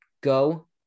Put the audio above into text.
go